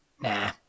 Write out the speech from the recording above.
nah